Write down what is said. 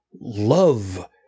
love